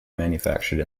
manufactured